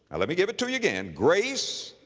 let me give it to you again grace,